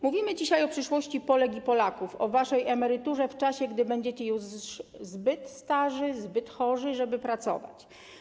Mówimy dzisiaj o przyszłości Polek i Polaków, o waszej emeryturze w czasie, gdy będziecie już zbyt starzy, zbyt chorzy, żeby pracować.